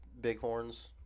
bighorns